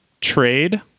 trade